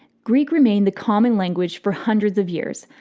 greek remained the common language for hundreds of years,